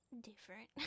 different